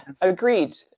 agreed